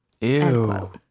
Ew